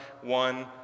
one